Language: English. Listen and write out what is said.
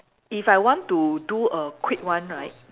if I want to do a quick one right